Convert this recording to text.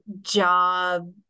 job